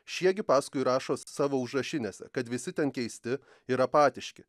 šie gi paskui rašo savo užrašinėse kad visi ten keisti ir apatiški